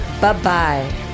bye-bye